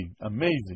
amazing